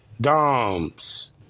doms